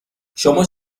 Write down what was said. شما